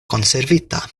konservita